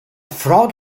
frog